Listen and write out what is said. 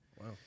Wow